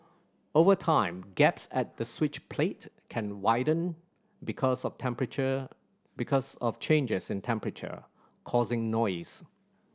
over time gaps at the switch plate can widen because of temperature because of changes in temperature causing noise